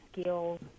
skills